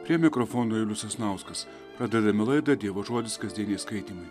prie mikrofono julius sasnauskas pradedame laidą dievo žodis kasdieniai skaitymai